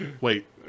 Wait